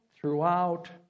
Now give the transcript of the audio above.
throughout